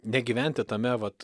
negyventi tame vat